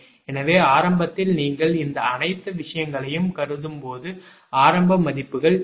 எனவே ஆரம்பத்தில் நீங்கள் இந்த அனைத்து விஷயங்களையும் கருதும் போது ஆரம்ப மதிப்புகள் இவை